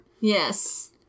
Yes